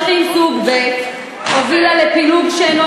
כאילו היינו רוצים אזרחים סוג ב'; הובילה לפילוג בינינו,